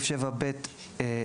בפסקה (2),